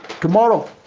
tomorrow